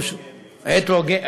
הטרוגניות.